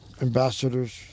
ambassadors